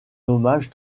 hommage